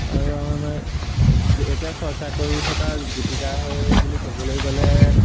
আৰু আমাৰ এতিয়া চৰ্চা কৰি থকা গীতিকাৰ বুলি ক'বলৈ গ'লে